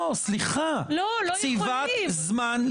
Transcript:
אבל אומר לך המציע, ברור לי שאתה עובד על הנכון.